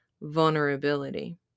vulnerability